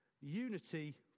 Unity